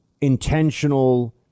intentional